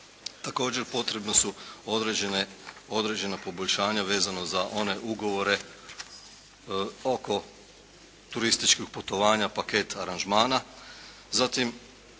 Također, potrebna su određena poboljšanja vezano za one ugovore oko turističkih putovanja, paket aranžmana.